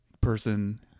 Person